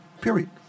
period